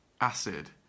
Acid